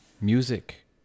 Music